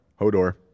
Hodor